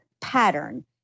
pattern